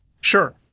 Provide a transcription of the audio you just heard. Sure